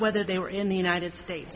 whether they were in the united states